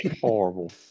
Horrible